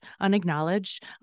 unacknowledged